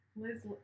Liz